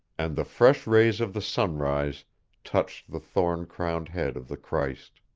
and the fresh rays of the sunrise touched the thorn-crowned head of the christ.